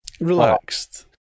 relaxed